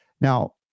Now